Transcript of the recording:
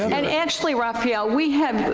and actually, raphael, we have,